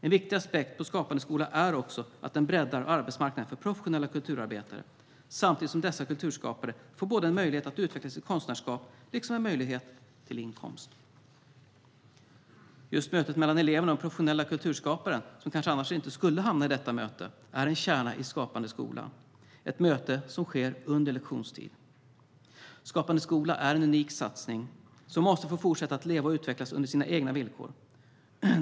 En viktig aspekt på Skapande skola är också att det breddar arbetsmarknaden för professionella kulturarbetare, samtidigt som dessa kulturskapare får en möjlighet att utveckla sitt konstnärskap liksom en möjlighet till inkomst. Just mötet mellan eleverna och den professionella kulturskaparen, som kanske annars inte skulle hamna i detta möte, är en kärna i Skapande skola - ett möte som sker under lektionstid. Skapande skola är en unik satsning som måste få fortsätta att leva och utvecklas under sina egna villkor.